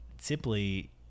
simply